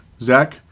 Zach